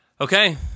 Okay